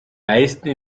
meisten